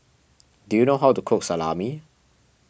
do you know how to cook Salami